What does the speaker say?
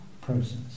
process